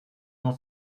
n’en